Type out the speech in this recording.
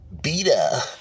Beta